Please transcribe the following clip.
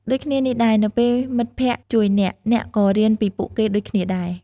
ដូចគ្នានេះដែរ នៅពេលមិត្តភក្តិជួយអ្នក អ្នកក៏រៀនពីពួកគេដូចគ្នាដែរ។